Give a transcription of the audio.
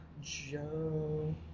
Joe